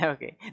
Okay